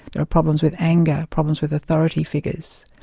there are problems with anger, problems with authority figures.